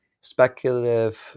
speculative